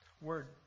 word